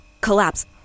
collapse